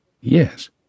Yes